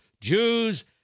Jews